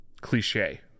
cliche